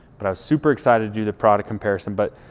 but i was super excited to do the product comparison but